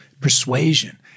persuasion